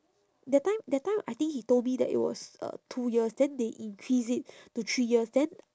that time that time I think he told me that it was uh two years then they increase it to three years then